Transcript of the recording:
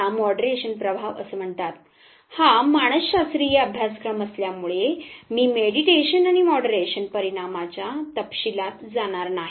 याला मॉडरेशन प्रभाव म्हणतात हा मानस शास्त्रीय अभ्यासक्रम असल्यामुळे मी मेडीटेशन आणि मॉडरेशन परिणामाच्या तपशीलात जाणार नाही